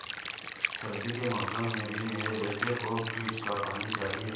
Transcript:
सर्दी के मौसम में भी मेरे बेटे को फ्रिज का पानी चाहिए